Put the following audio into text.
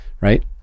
right